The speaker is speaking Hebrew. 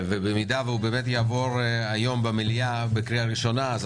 אם היא תעבור היום במליאה בקריאה הראשונה אז